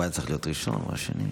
הוא היה צריך להיות הראשון או השני.